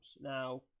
Now